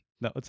No